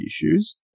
issues